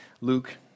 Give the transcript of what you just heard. Luke